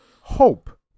hope